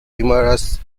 humorous